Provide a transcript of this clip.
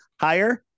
higher